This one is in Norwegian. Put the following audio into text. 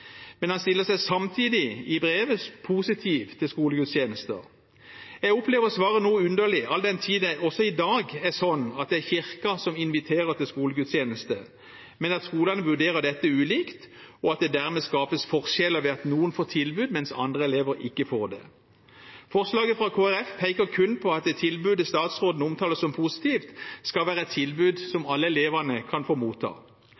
Men han stiller seg samtidig i brevet positiv til skolegudstjenester. Jeg opplever svaret noe underlig all den tid det også i dag er sånn at det er Kirken som inviterer til skolegudstjeneste, men at skolene vurderer dette ulikt, og at det dermed skapes forskjeller ved at noen elever får tilbud mens andre ikke får det. Forslaget fra Kristelig Folkeparti peker kun på at det tilbudet statsråden omtaler som positivt, skal være et tilbud som alle elevene kan få motta.